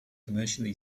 commercially